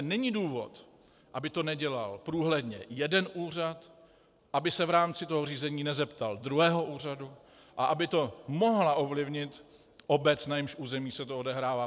Není důvod, aby to nedělal průhledně jeden úřad, aby se v rámci toho řízení nezeptal druhého úřadu a aby to mohla ovlivnit obec, na jejímž území se to odehrává.